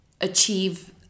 achieve